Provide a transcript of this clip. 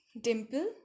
Dimple